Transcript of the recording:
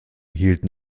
hielten